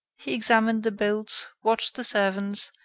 he examined the bolts, watched the servants,